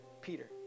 Peter